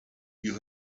you